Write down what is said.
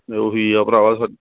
ਉਹੀ ਹੈ ਭਰਾਵਾ